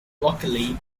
luckily